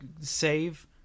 save